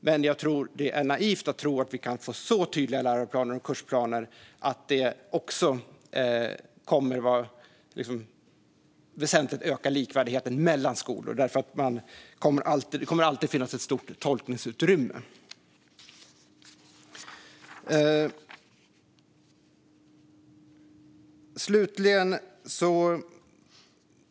Men jag tror att det är naivt att tro att vi kan få så tydliga läroplaner och kursplaner att det väsentligt ökar likvärdigheten mellan skolor, för det kommer alltid att finnas ett stort tolkningsutrymme.